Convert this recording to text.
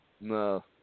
No